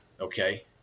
Okay